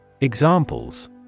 Examples